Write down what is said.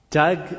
Doug